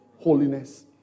holiness